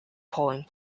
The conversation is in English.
polling